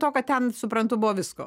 to kad ten suprantu buvo visko